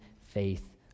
faith